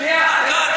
שנייה, לא.